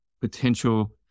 potential